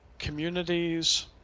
communities